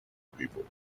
people